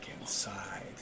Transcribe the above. inside